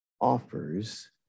offers